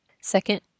Second